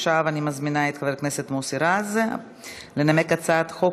עכשיו אני מזמינה את חבר הכנסת מוסי רז לנמק את הצעת חוק